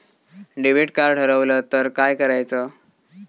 Debit card हरवल तर काय करायच?